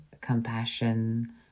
compassion